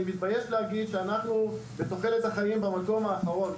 אני מתבייש להגיד שאנחנו בתוחלת החיים במקום האחרון,